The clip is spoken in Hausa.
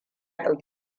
ɗauki